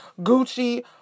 Gucci